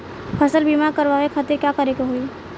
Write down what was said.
फसल बीमा करवाए खातिर का करे के होई?